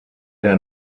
der